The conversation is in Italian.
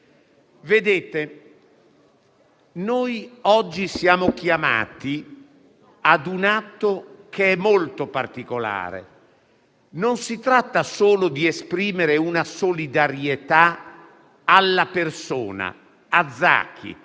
Noi oggi siamo chiamati ad un atto che è molto particolare; non si tratta solo di esprimere solidarietà alla persona, a Zaki,